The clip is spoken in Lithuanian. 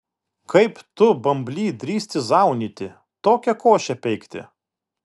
kaip tu bambly drįsti zaunyti tokią košę peikti